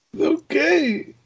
okay